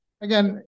again